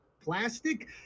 Plastic